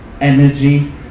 energy